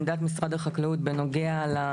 עמדת משרד החקלאות ידועה לפחות להגנת הסביבה,